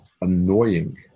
annoying